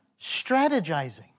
strategizing